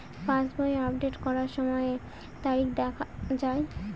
পাসবই update করার সময়ে তারিখ দেখা য়ায়?